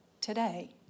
today